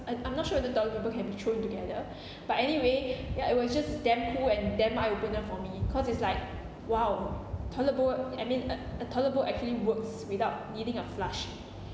I'm I'm not sure whether toilet paper can be thrown together but anyway ya it was just damn cool and damn eye opener for me cause it's like !wow! toilet bowl I mean a a toilet bowl actually works without needing a flush